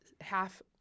half